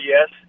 Yes